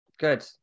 Good